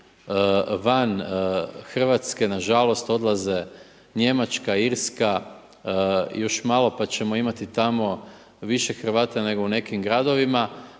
van Hrvatske, na žalost odlaze Njemačka, Irska, pa još malo pa ćemo imati tamo više Hrvata nego u nekim gradovima